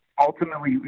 ultimately